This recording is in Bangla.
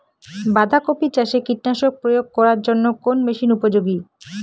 বাঁধা কপি চাষে কীটনাশক প্রয়োগ করার জন্য কোন মেশিন উপযোগী?